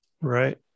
Right